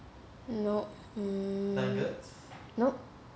nope mm nope